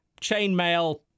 chainmail